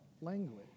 language